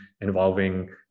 involving